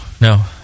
No